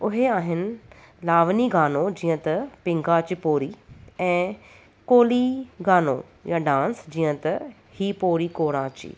उहे आहिनि लावनी गानो जीअं त पिंगा जी पोरी ऐं कोली गानो या डांस जीअं त ही पोरी कोराची